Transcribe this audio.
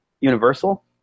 universal